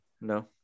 No